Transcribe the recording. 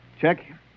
Check